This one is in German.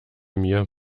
mir